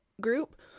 group